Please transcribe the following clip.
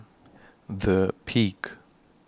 The Peak